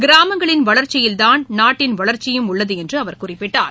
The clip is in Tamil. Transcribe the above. கிராமங்களின் வளர்ச்சியில்தான் நாட்டின் வளர்ச்சியும் உள்ளது என்று அவர் குறிப்பிட்டார்